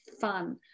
fun